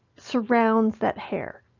surrounds that hair.